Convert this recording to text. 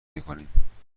میکنیم